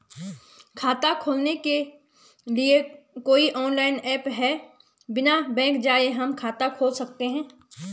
खाता खोलने के लिए कोई ऑनलाइन ऐप है बिना बैंक जाये हम खाता खोल सकते हैं?